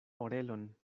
orelon